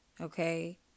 okay